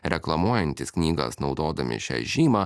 reklamuojantys knygas naudodami šią žymą